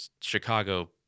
Chicago